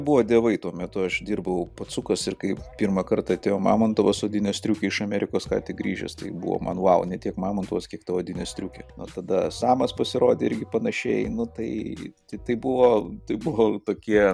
buvo dievai tuo metu aš dirbau pacukas ir kaip pirmąkart atėjo mamontovas su odine striuke iš amerikos ką tik grįžęs tai buvo man vau ne tiek mamontovas kiek ta odinė striukė na tada samas pasirodė irgi panašiai nu tai tai buvo tai buvo tokie